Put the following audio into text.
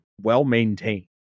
well-maintained